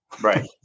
Right